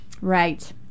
Right